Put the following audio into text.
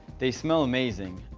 they smell amazing.